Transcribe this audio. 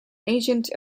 agent